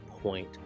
point